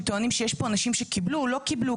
טוענים שיש פה אנשים שקיבלו או לא קיבלו,